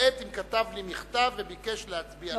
למעט אם כתב לי מכתב וביקש להצביע על ההסתייגות.